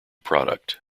product